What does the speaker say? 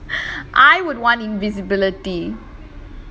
I would want invisibility